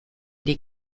die